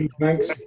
Thanks